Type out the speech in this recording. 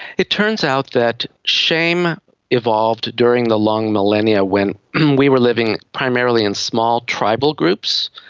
it turns out that shame evolved during the long millennia when we were living primarily in small tribal groups,